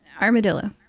armadillo